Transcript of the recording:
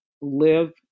live